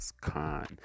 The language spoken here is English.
Khan